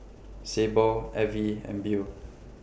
Sable Avie and Beau